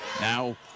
Now